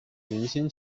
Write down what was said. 明星